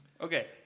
okay